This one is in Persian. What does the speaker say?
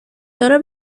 داره